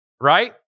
right